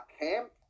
camp